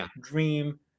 dream